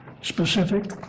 specific